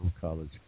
college